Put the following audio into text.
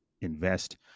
invest